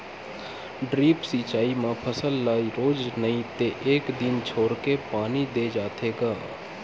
drip सिचई म फसल ल रोज नइ ते एक दिन छोरके पानी दे जाथे ग